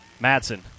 Madsen